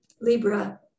Libra